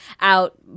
out